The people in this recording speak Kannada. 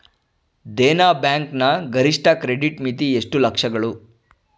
ದೇನಾ ಬ್ಯಾಂಕ್ ನ ಗರಿಷ್ಠ ಕ್ರೆಡಿಟ್ ಮಿತಿ ಎಷ್ಟು ಲಕ್ಷಗಳು?